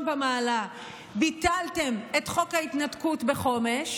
במעלה ביטלתם את חוק ההתנתקות בחומש,